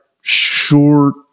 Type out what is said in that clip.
short